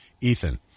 Ethan